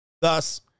Thus